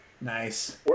Nice